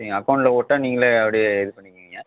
இல்லைங்க அக்கவுண்ட்டில் போட்டால் நீங்களே அப்படியே இது பண்ணிக்குவீங்க